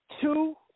two